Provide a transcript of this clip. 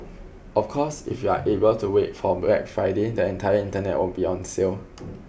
of course if you are able to wait for Black Friday the entire internet will be on sale